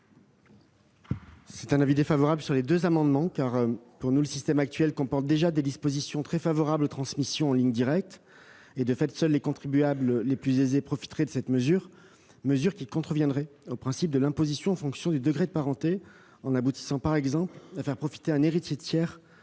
est défavorable aux deux amendements, car le système actuel comporte déjà des dispositions très favorables aux transmissions en ligne directe. De fait, seuls les contribuables les plus aisés profiteraient de telles mesures, lesquelles contreviendraient au principe de l'imposition en fonction du degré de parenté, en aboutissant par exemple à ce qu'un héritier tiers